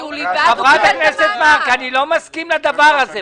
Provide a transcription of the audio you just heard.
חברת הכנסת מארק, אני לא מסכים לדבר הזה.